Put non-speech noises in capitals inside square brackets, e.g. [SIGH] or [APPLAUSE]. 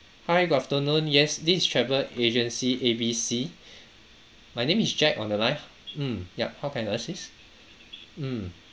hi good afternoon yes this is travel agency A_B_C [BREATH] my name is jack on the line h~ mm ya how can I assist mm